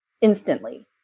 instantly